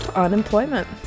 Unemployment